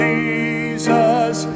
Jesus